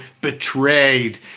betrayed